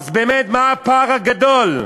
אז באמת, מה הפער הגדול?